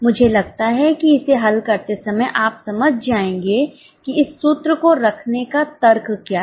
मुझे लगता है कि इसे हल करते समय आप समझ जाएंगे कि इस सूत्र को रखने का तर्क क्या है